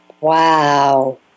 Wow